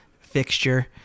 fixture